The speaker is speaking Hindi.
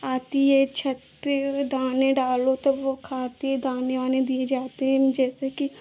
आती है छत पर दाने डालो तो वह खाती है दाने वाने दिए जाते हैं जैसे कि